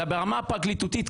אלא ברמה הפרקליטותית,